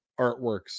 artworks